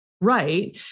right